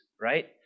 Right